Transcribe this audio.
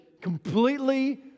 completely